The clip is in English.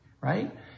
right